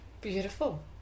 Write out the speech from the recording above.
Beautiful